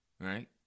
Right